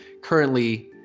currently